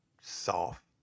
soft